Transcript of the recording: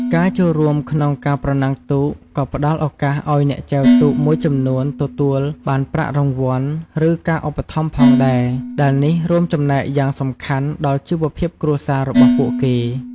ការចូលរួមក្នុងការប្រណាំងទូកក៏ផ្ដល់ឱកាសឱ្យអ្នកចែវទូកមួយចំនួនទទួលបានប្រាក់រង្វាន់ ឬការឧបត្ថម្ភផងដែរ ដែលនេះរួមចំណែកយ៉ាងសំខាន់ដល់ជីវភាពគ្រួសាររបស់ពួកគេ។